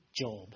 job